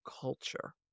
culture